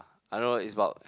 I don't know it's about